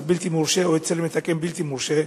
בלתי מורשה או אצל מתקן בלתי מורשה,